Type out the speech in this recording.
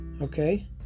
Okay